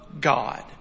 God